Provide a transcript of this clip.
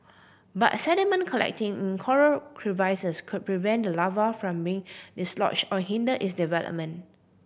but sediment collecting coral crevices could prevent the larva from being dislodge or hinder its development